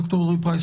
ד"ר אלרעי פרייס,